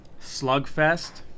Slugfest